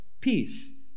peace